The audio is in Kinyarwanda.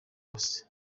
hose